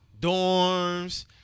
dorms